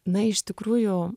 na iš tikrųjų